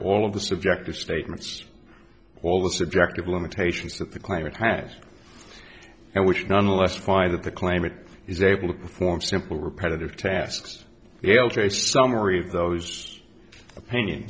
all of the subjective statements all the subjective limitations that the climate has and which nonetheless find that the climate is able to perform simple repetitive tasks the ok summary of those opinion